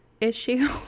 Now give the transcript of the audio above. issue